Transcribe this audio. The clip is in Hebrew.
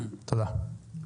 תודה.